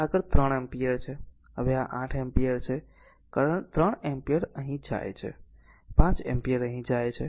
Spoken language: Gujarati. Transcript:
હવે આગળ 3 એમ્પીયર છે હવે આ 8 એમ્પીયર છે કરંટ 3 એમ્પીયર અહીં જાય છે 5 એમ્પીયર અહીં જાય છે